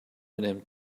önem